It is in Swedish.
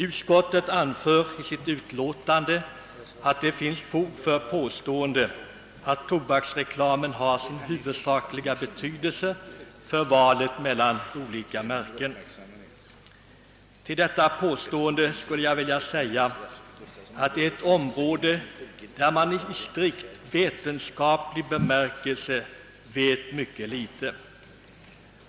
Utskottet anför i sitt utlåtande att det finns fog för påståendet att tobaksreklamen har sin huvudsakliga betydelse för valet mellan olika märken. Med anledning av detta påstående skulle jag vilja säga att det är ett område där man i strikt vetenskaplig bemärkelse vet mycket litet.